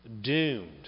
doomed